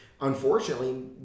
Unfortunately